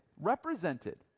represented